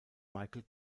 michael